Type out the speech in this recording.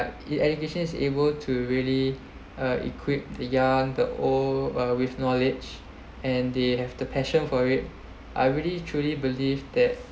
it education is able to really uh equip the young the old uh with knowledge and they have the passion for it I really truly believe that